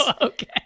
Okay